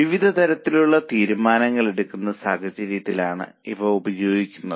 വിവിധ തരത്തിലുള്ള തീരുമാനങ്ങളെടുക്കുന്ന സാഹചര്യങ്ങളിലാണ് ഇവ ഉപയോഗിക്കുന്നത്